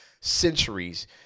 centuries